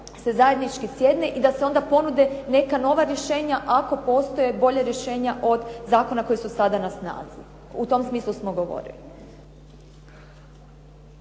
se zajednički sjedne i da se onda ponude neka nova rješenja ako postoje bolja rješenja od zakona koji su sada na snazi. U tom smislu smo govorili.